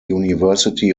university